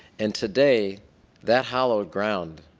and today that hallowed ground,